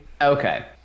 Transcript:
Okay